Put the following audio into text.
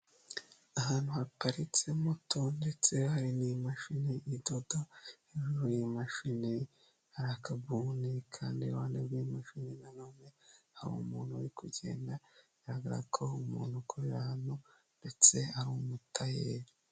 Ahantu haparitse moto ndetse hari n'imashini idoda ,hejuru y'imashini hari akabuni kandi iruhande rw'imashini nanone hari umuntu uri kugenda biragaragara ko ari umuntu ukorera hano ndetse ari umutayeri.